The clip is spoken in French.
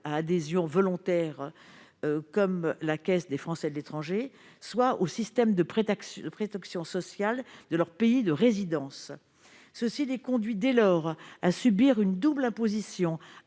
à adhésion volontaire, comme la Caisse des Français de l'étranger (CFE), soit au système de protection sociale de leur pays de résidence. Cette situation les conduit donc à subir une double imposition